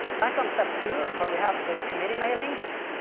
back on step two where we had the committee mailings,